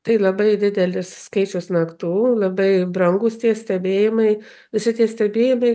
tai labai didelis skaičius naktų labai brangūs tie stebėjimai visi tie stebėjimai